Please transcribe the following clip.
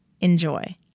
Enjoy